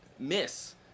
miss